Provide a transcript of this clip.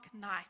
night